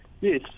Yes